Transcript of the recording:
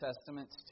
Testaments